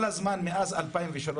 מאז 2003,